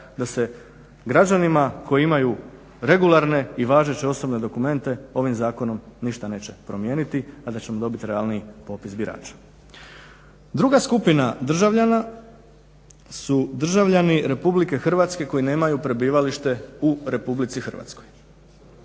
da se građanima koji imaju regularne i važeće osobne dokumente ovim zakonom ništa neće promijeniti, a da ćemo dobiti realniji popis birača. Druga skupina državljana su državljani RH koji nemaju prebivalište u RH. dakle